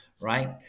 right